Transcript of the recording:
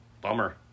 Bummer